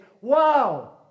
Wow